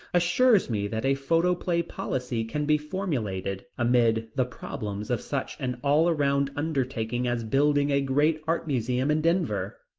assures me that a photoplay policy can be formulated, amid the problems of such an all around undertaking as building a great art museum in denver.